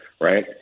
right